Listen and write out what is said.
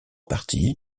partie